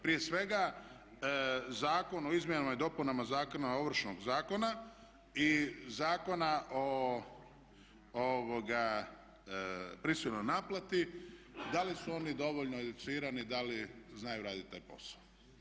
Prije svega Zakon o izmjena zakona, Ovršnog zakona i Zakona o prisilnoj naplati da li su oni dovoljno educirani, da li znaju raditi taj posao?